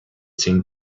seen